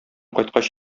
кайткач